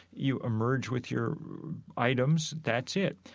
you emerge with your items. that's it.